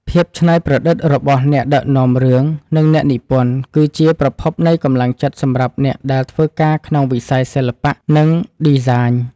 ភាពច្នៃប្រឌិតរបស់អ្នកដឹកនាំរឿងនិងអ្នកនិពន្ធគឺជាប្រភពនៃកម្លាំងចិត្តសម្រាប់អ្នកដែលធ្វើការក្នុងវិស័យសិល្បៈនិងឌីហ្សាញ។